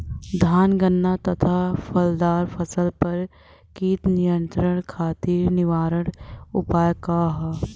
धान गन्ना तथा फलदार फसल पर कीट नियंत्रण खातीर निवारण उपाय का ह?